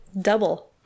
double